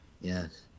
yes